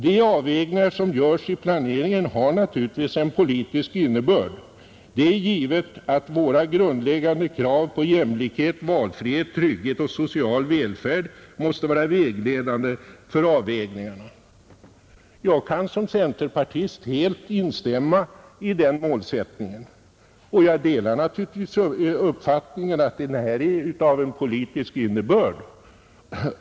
De avvägningar som görs i planeringen har naturligtvis en politisk innebörd. Det är givet att våra grundläggande krav på jämlikhet, valfrihet, trygghet och social välfärd måste vara vägledande för avvägningarna.” Jag kan som centerpartist helt ansluta mig till den målsättningen, och jag delar naturligtvis uppfattningen att den här planeringen har politisk innebörd.